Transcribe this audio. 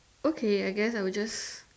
okay I guess I'll just